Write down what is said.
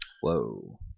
Whoa